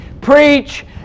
preach